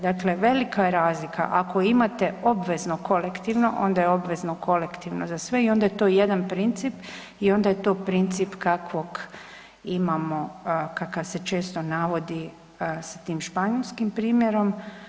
Dakle, velika je razlika ako imate obvezno kolektivno onda je obvezno kolektivno za sve i onda je to jedan princip i onda je to princip kakvog imamo kako se često navodi sa tim španjolskim primjerom.